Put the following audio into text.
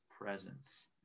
presence